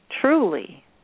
truly